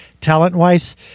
talent-wise